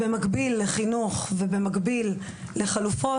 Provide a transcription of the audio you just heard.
במקביל לחינוך ובמקביל לחלופות,